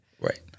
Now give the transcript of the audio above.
Right